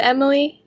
Emily